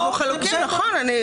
אנחנו חלוקים, נכון.